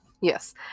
Yes